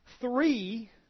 Three